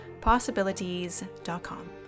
possibilities.com